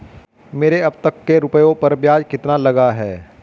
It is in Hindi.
मेरे अब तक के रुपयों पर ब्याज कितना लगा है?